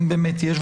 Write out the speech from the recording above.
אם באמת יש.